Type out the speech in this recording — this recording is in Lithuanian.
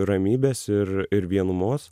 ramybės ir ir vienumos